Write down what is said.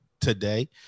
today